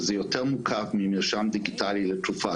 וזה יותר מורכב ממרשם דיגיטלי לתרופה.